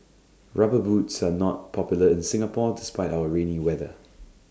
rubber boots are not popular in Singapore despite our rainy weather